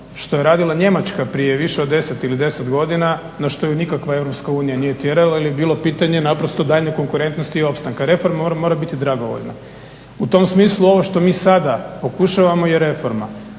što je radila Njemačka prije više od deset ili deset godina na što ju nikakva EU nije tjerala jer je bilo pitanje naprosto daljnje konkurentnosti i opstanka. Reforma mora biti dragovoljan. U tom smislu ovo što mi sada pokušavamo je reforma.